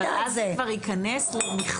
אבל אז זה כבר יכנס למכסה.